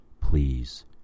please